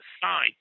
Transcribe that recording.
side